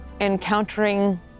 Encountering